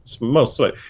mostly